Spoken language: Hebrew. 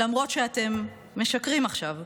למרות שאתם משקרים עכשיו.